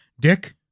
Dick